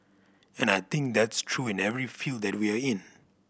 and I think that's true in every field that we are in